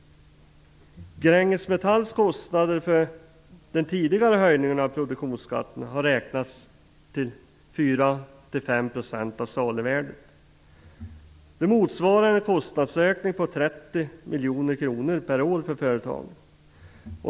Gränges Metalls kostnader på grund av den tidigare höjningen av produktionsskatterna har beräknats till 4-5 % av saluvärdet. Det motsvarar en kostnadsökning på 30 miljoner kronor per år för företaget.